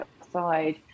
outside